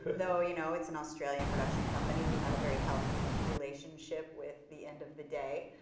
though you know it's an australian production company, we had a very healthy relationship with the end of the day,